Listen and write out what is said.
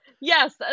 yes